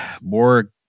more